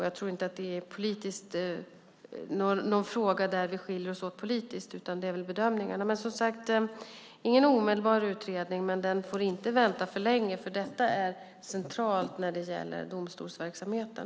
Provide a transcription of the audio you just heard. Jag tror inte att det är en fråga där vi skiljer oss åt politiskt. Det handlar om bedömningar. Som sagt, ingen omedelbar utredning. Men den får inte dröja för länge, för detta är centralt när det gäller domstolsverksamheten.